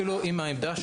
אפילו עם העמדה,